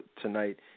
tonight